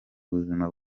buzima